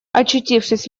очутившись